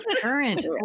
current